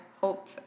hope